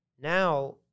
now